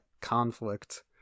conflict